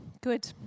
Good